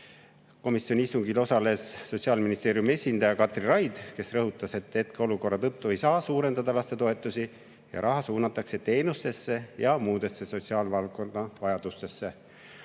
Komisjoni istungil osales Sotsiaalministeeriumi esindaja Kadri Raid, kes rõhutas, et hetkeolukorra tõttu ei saa suurendada lastetoetusi. Raha suunatakse teenustesse ja muudesse sotsiaalvaldkonna vajadustesse.